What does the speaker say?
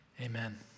Amen